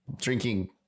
drinking